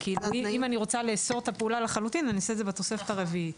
אז אנחנו לא מחייבים את העוזר רופא להודיע,